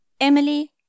Emily